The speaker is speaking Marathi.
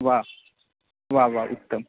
वाव वा वा उत्तम